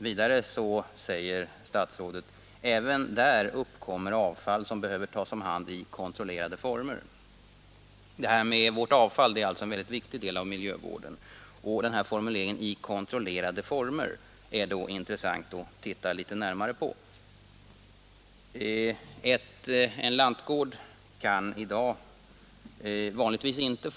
Vidare säger statsrådet: ”Även här uppkommer avfall som behöver tas om hand i kontrollerade former.” Det här med vårt avfall är alltså en mycket viktig del av miljövården, och det är då intressant att se litet närmare på denna formulering ”i kontrollerade former”.